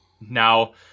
Now